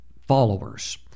followers